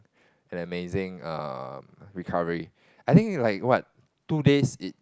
an amazing um recovery I think like what two days it